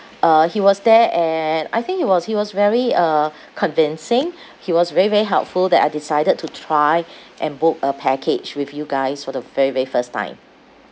uh he was there and I think he was he was very uh convincing he was very very helpful that I decided to try and book a package with you guys for the very very first time